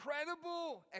incredible